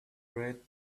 red